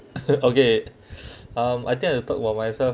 okay um I think I will talk about myself